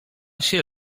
się